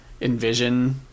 Envision